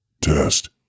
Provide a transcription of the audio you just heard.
test